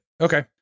Okay